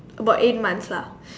about eight months lah